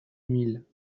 mille